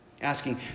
Asking